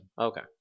Okay